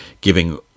giving